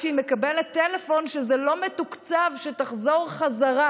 והיא מקבלת טלפון שזה לא מתוקצב ושתחזור בחזרה.